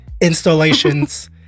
installations